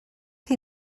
chi